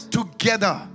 together